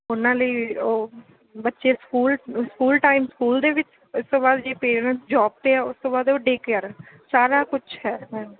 ਉਹਨਾਂ ਲਈ ਉਹ ਬੱਚੇ ਸਕੂਲ ਸਕੂਲ ਟਾਈਮ ਸਕੂਲ ਦੇ ਵਿੱਚ ਉਸ ਤੋਂ ਬਾਅਦ ਜੇ ਪੇਰੈਂਟ ਜੋਬ 'ਤੇ ਆ ਉਸ ਤੋਂ ਬਾਅਦ ਉਹ ਡੇ ਕੇਅਰ ਆ ਸਾਰਾ ਕੁਛ ਹੈ ਮੈਮ